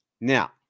Now